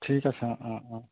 ঠিক আছে অঁ অঁ অঁ